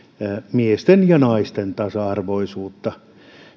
miesten ja naisten tasa arvoisuutta